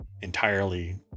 entirely